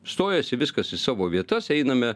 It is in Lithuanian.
stojasi viskas į savo vietas einame